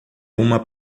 uma